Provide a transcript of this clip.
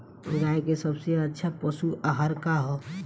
गाय के सबसे अच्छा पशु आहार का ह?